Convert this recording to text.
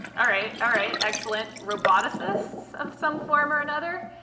all right. all right, excellent. roboticists of some form or another?